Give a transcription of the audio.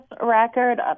record